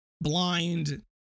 blind